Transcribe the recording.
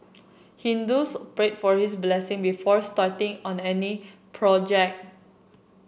Hindus pray for his blessing before starting on any project